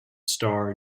star